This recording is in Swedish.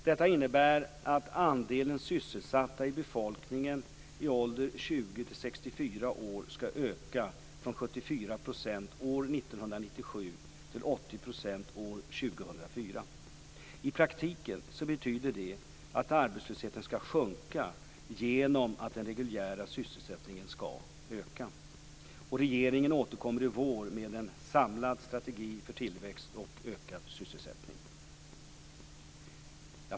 Detta innebär att andelen sysselsatta i befolkningen i ålder 20-64 år skall öka från 74 % år 1997 till 80 % år 2004. I praktiken betyder det att arbetslösheten skall sjunka genom att den reguljära sysselsättningen skall öka. Regeringen återkommer i vår med en samlad strategi för tillväxt och ökad sysselsättning.